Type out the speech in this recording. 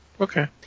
Okay